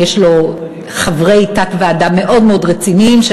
יש לו חברי תת-ועדה מאוד מאוד רציניים,